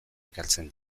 ekartzen